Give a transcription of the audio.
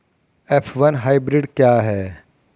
F one hybrid क्या है?